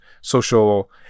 social